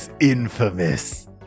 infamous